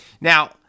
Now